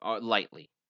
lightly